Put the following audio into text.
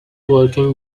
working